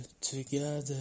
together